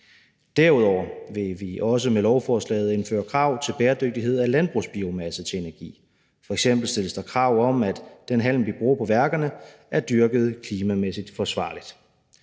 Derudover vil vi også med lovforslaget indføre krav til bæredygtighed af landbrugsbiomasse til energi. F.eks. stilles der krav om, at den halm, vi bruger på værkerne, er dyrket klimamæssigt forsvarligt.